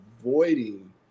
avoiding